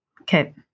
Okay